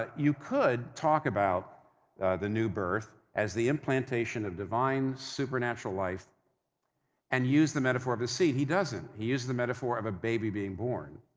ah you could talk about the new birth as the implantation of divine supernatural life and use the metaphor of a seed. he doesn't, he uses the metaphor of a baby being born.